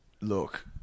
look